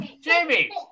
Jamie